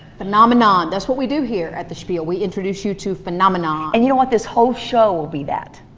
phenomenon. that's what we do here at the spiel. we introduce you to phenomena. and you know what, this whole show will be that.